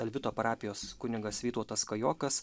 alvito parapijos kunigas vytautas kajokas